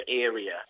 area